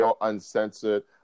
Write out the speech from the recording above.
Uncensored